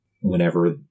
whenever